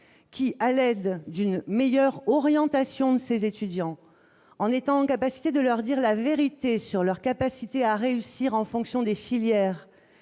qui à l'aide d'une meilleure orientation de ces étudiants en étant en capacité de leur dire la vérité sur leur capacité à réussir en fonction des filières